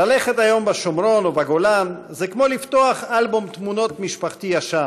ללכת היום בשומרון או בגולן זה כמו לפתוח אלבום תמונות משפחתי ישן: